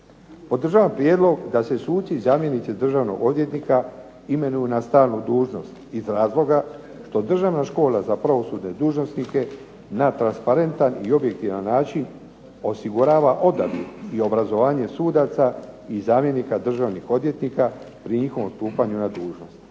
Podržavam prijedlog da se suci i zamjenici državnog odvjetnika imenuju na stalnu dužnost iz razloga što Državna škola za pravosudne dužnosnike na transparentan i objektivan način osigurava odabir i obrazovanje sudaca i zamjenika državnih odvjetnika pri njihovom stupanju na dužnost.